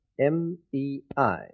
M-E-I